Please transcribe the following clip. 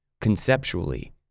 Conceptually